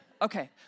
Okay